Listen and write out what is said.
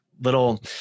little